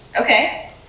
Okay